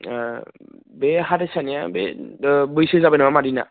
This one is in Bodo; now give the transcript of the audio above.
बे हाथाइ सानाया बे बैसो जाबाय ना मादैना